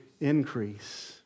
increase